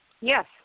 yes